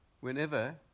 whenever